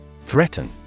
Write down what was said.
Threaten